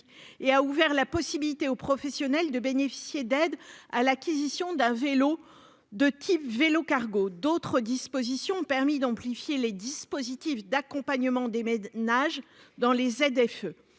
et a ouvert la possibilité aux professionnels de bénéficier d'aide à l'acquisition d'un vélo-cargo. D'autres dispositions ont permis d'amplifier les dispositifs d'accompagnement des ménages dans les ZFE-m.